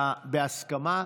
בהסכמה.